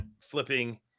flipping